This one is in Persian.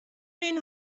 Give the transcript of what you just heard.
این